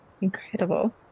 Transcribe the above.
Incredible